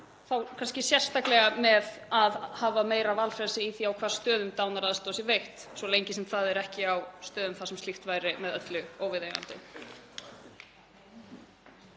þá kannski sérstaklega með það að hafa meira valfrelsi um það á hvaða stöðum dánaraðstoð er veitt, svo lengi sem það er ekki á stöðum þar sem slíkt væri með öllu óviðeigandi.